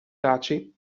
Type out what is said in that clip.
taci